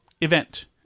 event